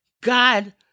God